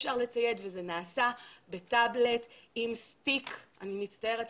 אפשר לצייד וזה נעשה בטבלט עם סטיק - אני מצטערת,